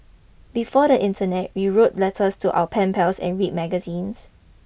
before the internet we wrote letters to our pen pals and read magazines